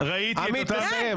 ראיתי את אותם --- עמית לסיים.